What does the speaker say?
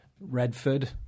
Redford